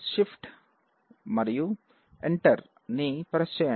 shift మరియు enter ని shiftEnter press చెయ్యండి